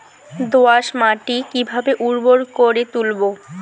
দোয়াস মাটি কিভাবে উর্বর করে তুলবো?